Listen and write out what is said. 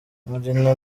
marina